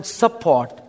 support